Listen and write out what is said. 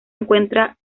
encuentra